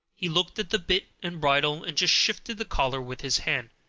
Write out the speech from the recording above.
he looked at the bit and bridle, and just shifted the collar with his hand,